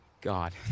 God